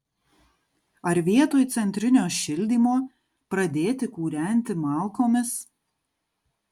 ar vietoj centrinio šildymo pradėti kūrenti malkomis